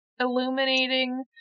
illuminating